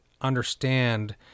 understand